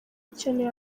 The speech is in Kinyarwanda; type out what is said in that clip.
ikeneye